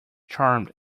charmed